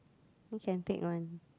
you can pick one